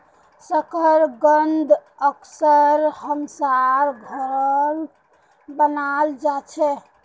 शकरकंद अक्सर हमसार घरत बनाल जा छे